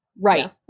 Right